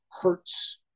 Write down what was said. hurts